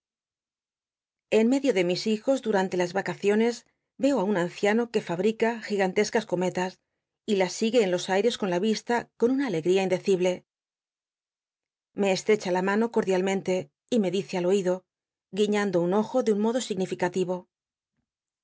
en medio de mis hijos dunmt e las vacaciones y eo á un anciano que fabrica gigantescas cometas y las sigue en los ai res con la vista con una alegría indecible me esll'ccha la mano cordialmente y rrie dice al oído guiñando el ojo de un modo